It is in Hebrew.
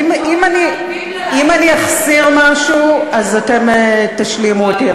אם אני אחסיר משהו אז אתם תשלימו אותי,